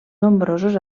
nombrosos